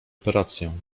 operację